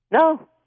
No